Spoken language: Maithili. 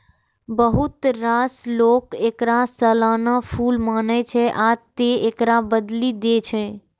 बहुत रास लोक एकरा सालाना फूल मानै छै, आ तें एकरा बदलि दै छै